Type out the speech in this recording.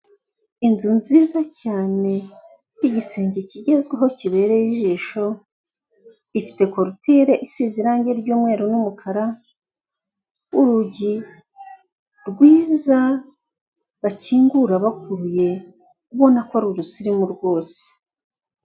Inzu nziza cyane, igisenge kigezweho kibereye ijisho, ifite korotire isize irangi ry'umweru n'umukara, urugi rwiza bakingura bakuruye ubona ko ari urusirimu rwose.